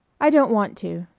i don't want to.